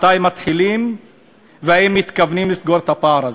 מתי מתחילים ואם מתכוונים לסגור את הפער הזה.